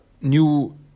new